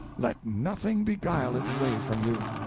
let nothing beguile it away from you.